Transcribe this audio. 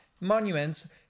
monuments